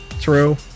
True